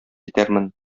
итәрмен